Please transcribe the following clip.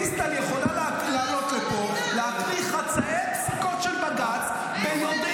דיסטל יכולה לעלות לפה ולהקריא חצאי פסיקות של בג"ץ -- אין שכל,